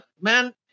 man